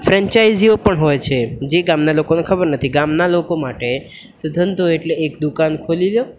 ફ્રેન્ચાઇઝીઓ પણ હોય છે જે ગામના લોકોને ખબર નથી ગામના લોકો માટે તો ધંધો એટલે એક દુકાન ખોલી લો